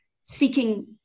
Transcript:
seeking